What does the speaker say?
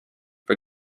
for